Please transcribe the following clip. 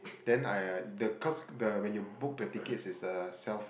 then I the cause the when you book the ticket is a self